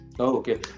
okay